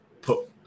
put